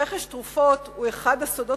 רכש תרופות על-ידי הקופות הוא אחד הסודות